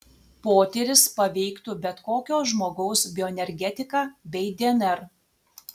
potyris paveiktų bet kokio žmogaus bioenergetiką bei dnr